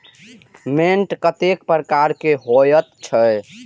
मैंट कतेक प्रकार के होयत छै?